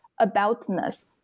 aboutness